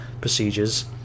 procedures